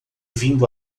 vindo